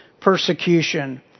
persecution